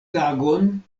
tagon